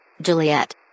Juliet